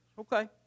Okay